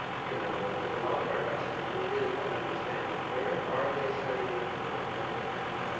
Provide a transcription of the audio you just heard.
you know with a lot of our customers, we really try to understand where are they spending their time and and